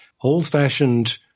old-fashioned